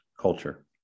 culture